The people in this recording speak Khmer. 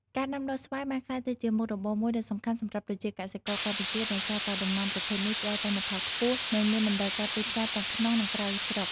ការដាំដុះស្វាយបានក្លាយទៅជាមុខរបរមួយដ៏សំខាន់សម្រាប់ប្រជាកសិករកម្ពុជា ដោយសារតែដំណាំប្រភេទនេះផ្ដល់ទិន្នផលខ្ពស់ និងមានតម្រូវការទីផ្សារទាំងក្នុងនិងក្រៅស្រុក។